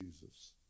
Jesus